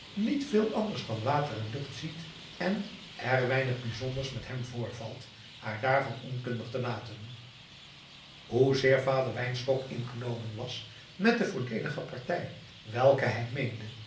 niet veel anders dan water en lucht ziet en er weinig bijzonders met hem voorvalt haar daarvan onkundig te laten hoezeer vader wynstok ingenomen was met de voordeelige partij welke hij meende